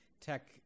Tech